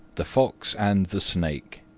the fox and the snake